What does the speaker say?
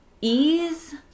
ease